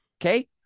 okay